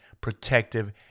protective